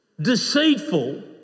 deceitful